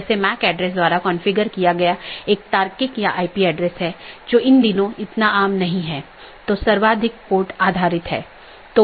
गैर संक्रमणीय में एक और वैकल्पिक है यह मान्यता प्राप्त नहीं है इस लिए इसे अनदेखा किया जा सकता है और दूसरी तरफ प्रेषित नहीं भी किया जा सकता है